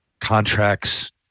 contracts